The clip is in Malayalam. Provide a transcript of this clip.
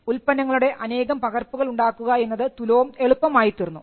ഉൽപ്പന്നങ്ങളുടെ അനേകം പകർപ്പുകൾ ഉണ്ടാക്കുക എന്നത് തുലോം എളുപ്പമായി തീർന്നു